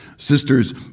Sisters